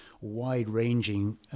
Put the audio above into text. wide-ranging